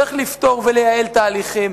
צריך לפתור ולייעל תהליכים,